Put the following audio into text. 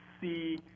see